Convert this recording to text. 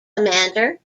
commander